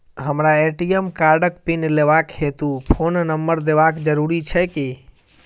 हमरा ए.टी.एम कार्डक पिन लेबाक हेतु फोन नम्बर देबाक जरूरी छै की?